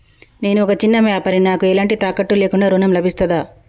నేను ఒక చిన్న వ్యాపారిని నాకు ఎలాంటి తాకట్టు లేకుండా ఋణం లభిస్తదా?